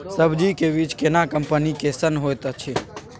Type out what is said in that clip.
सब्जी के बीज केना कंपनी कैसन होयत अछि?